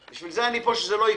בשביל זה אני פה שזה לא יקרה.